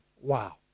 Wow